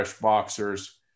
boxers